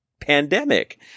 pandemic